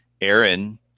Aaron